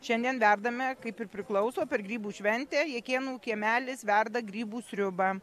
šiandien verdame kaip ir priklauso per grybų šventę jakėnų kiemelis verda grybų sriubą